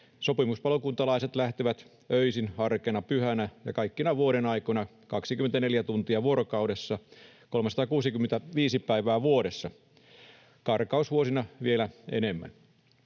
Sopimuspalokuntalaiset lähtevät öisin, arkena, pyhänä ja kaikkina vuodenaikoina 24 tuntia vuorokaudessa, 365 päivää vuodessa, karkausvuosina vielä enemmän.